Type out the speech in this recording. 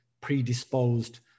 predisposed